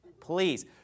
Please